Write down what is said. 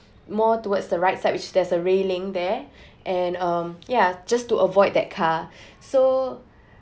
more towards the right side which there is a railing there and um yeah just to avoid that car so